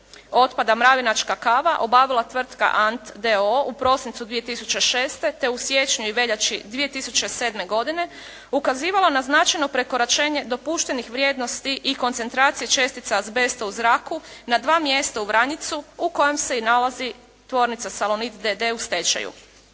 otpada Mravinačka kava obavila tvrtka Ant d.o.o. u prosincu 2006. te u siječnju i veljači 2007. godine ukazivalo na značajno prekoračenje dopuštenih vrijednosti i koncentracije čestica azbesta u zraku na dva mjesta u Vranjicu u kojem se i nalazi tvornica Salonit d.d. u stečaju.